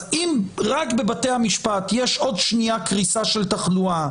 אז אם רק בבתי המשפט יש עוד שנייה קריסה של תחלואה,